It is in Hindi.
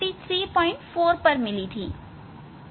शायद मैं भूल गया